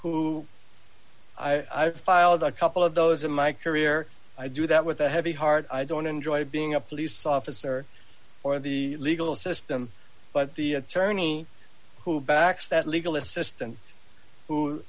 who i filed a couple of those in my career i do that with a heavy heart i don't enjoy being a police officer or the legal system but the attorney who backs that legal assistant who